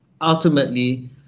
Ultimately